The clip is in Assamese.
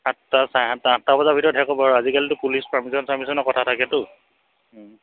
সাতটা চাৰে সাতটা আঠটা বজাৰ ভিতৰত শেষ হ'ব বাৰু আজিকালিতো পুলিচ পাৰ্মিশ্য়ন চাৰ্মিশনৰ কথা থাকেতো